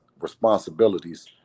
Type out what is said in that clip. responsibilities